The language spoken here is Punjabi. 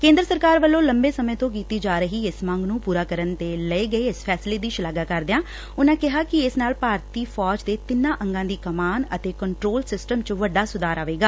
ਕੇਂਦਰ ਸਰਕਾਰ ਵੱਲੋਂ ਲੰਬੇ ਸਮੇਂ ਤੋਂ ਕੀਤੀ ਜਾ ਰਹੀ ਇਸ ਮੰਗ ਨੂੰ ਪੁਰਾ ਕਰਨ ਦੇ ਲਏ ਗਏ ਇਸ ਫੈਸਲੇ ਦੀ ਸ਼ਾਲਾਘਾ ਕਰਦਿਆਂ ਕਿਹੈ ਕਿ ਇਸ ਨਾਲ ਭਾਰਤੀ ਫੌਜ ਦੇ ਤਿੰਨਾਂ ਔਗਾਂ ਦੀ ਕਮਾਨ ਅਤੇ ਕੰਟਰੋਲ ਸਿਸਟਮ ਚ ਵੱਡਾ ਸੁਧਾਰ ਆਵੇਗਾ